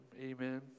Amen